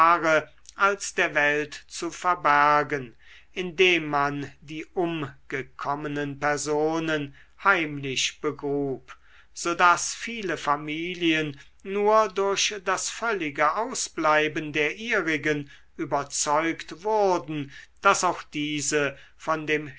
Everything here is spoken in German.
als der welt zu verbergen indem man die umgekommenen personen heimlich begrub so daß viele familien nur durch das völlige außenbleiben der ihrigen überzeugt wurden daß auch diese von dem